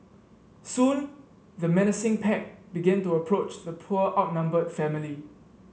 soon the menacing pack began to approach the poor outnumbered family